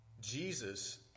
Jesus